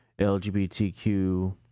LGBTQ